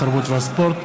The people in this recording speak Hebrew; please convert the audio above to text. התרבות והספורט.